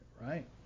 right